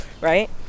right